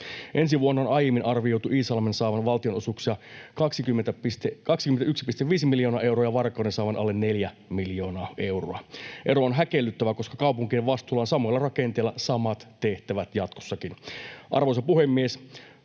Ensi vuonna on aiemmin arvioitu Iisalmen saavan valtionosuuksia 21,5 miljoonaa euroa ja Varkauden saavan alle neljä miljoonaa euroa. Ero on häkellyttävä, koska kaupunkien vastuulla on samoilla rakenteilla samat tehtävät jatkossakin. Arvoisa puhemies!